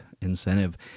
incentive